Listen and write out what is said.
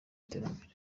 iterambere